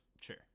Sure